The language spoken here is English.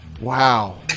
Wow